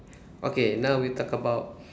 okay now we talk about